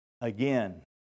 again